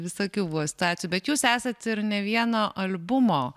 visokių buvo situacijų bet jūs esat ir ne vieno albumo